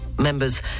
members